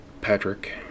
Patrick